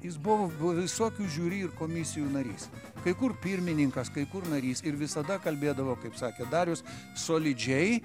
jis buvo visokių žiuri ir komisijų narys kai kur pirmininkas kai kur narys ir visada kalbėdavo kaip sakė darius solidžiai